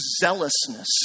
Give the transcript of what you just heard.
zealousness